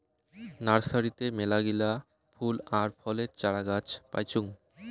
নার্সারিতে মেলাগিলা ফুল আর ফলের চারাগাছ পাইচুঙ